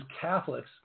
Catholics